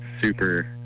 super